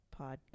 podcast